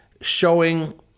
showing